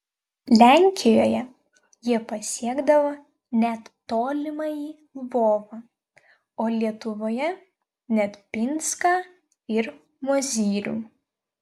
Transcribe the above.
lenkijoje jie pasiekdavo net tolimąjį lvovą o lietuvoje net pinską ir mozyrių